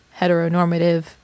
heteronormative